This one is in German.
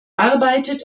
arbeitet